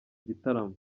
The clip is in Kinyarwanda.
igitaramo